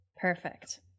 Perfect